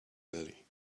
belly